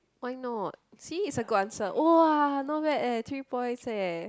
why not see it's a good answer !wah! not bad eh three points eh